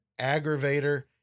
aggravator